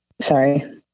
Sorry